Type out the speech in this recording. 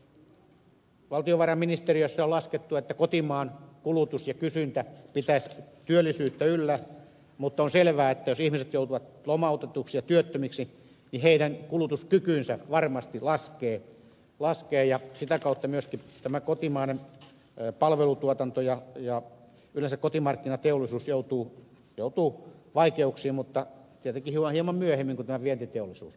valtiovarainministeriössä on laskettu että kotimaan kulutus ja kysyntä pitäisivät työllisyyttä yllä mutta on selvää että jos ihmiset joutuvat lomautetuiksi ja työttömiksi niin heidän kulutuskykynsä varmasti laskee ja sitä kautta myöskin kotimainen palvelutuotanto ja yleensä kotimarkkinateollisuus joutuu vaikeuksiin mutta tietenkin hieman myöhemmin kuin vientiteollisuus